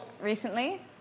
recently